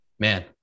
Man